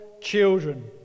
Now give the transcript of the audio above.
children